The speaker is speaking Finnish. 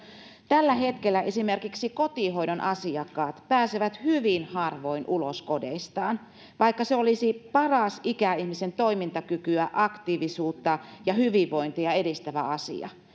tällä hetkellä esimerkiksi kotihoidon asiakkaat pääsevät hyvin harvoin ulos kodeistaan vaikka se olisi paras ikäihmisen toimintakykyä aktiivisuutta ja hyvinvointia edistävä asia